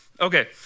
Okay